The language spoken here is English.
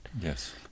Yes